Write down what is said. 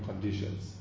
conditions